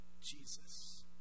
Jesus